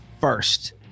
first